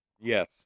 Yes